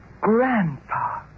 Grandpa